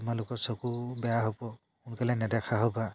আমালোকৰ চকু বেয়া হ'ব সোনকালে নেদেখা হ'বা